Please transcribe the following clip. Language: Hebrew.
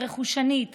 הרכושנית,